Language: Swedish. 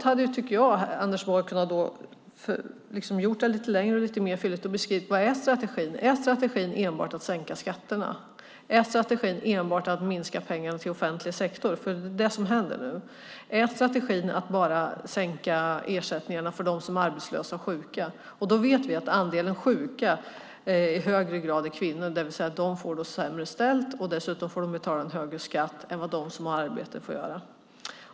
Jag tycker att Anders Borg hade kunnat beskriva lite fylligare i svaret vad strategin är. Är strategin enbart att sänka skatterna? Är strategin enbart att minska pengarna till den offentliga sektorn? Det är det som händer nu. Är strategin att bara sänka ersättningarna för dem som är arbetslösa och sjuka? Vi vet att en högre andel av de sjuka är kvinnor. De får det sämre ställt, och dessutom får de betala en högre skatt än vad de som har arbete får göra.